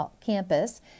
Campus